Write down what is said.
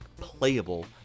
playable